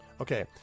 Okay